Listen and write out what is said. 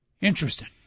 Interesting